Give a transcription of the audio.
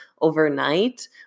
overnight